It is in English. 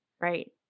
right